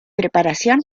preparación